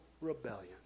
rebellion